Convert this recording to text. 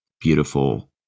beautiful